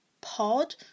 pod